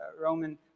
Roman